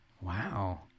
Wow